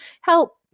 help